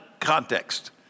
context